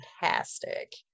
fantastic